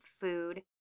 food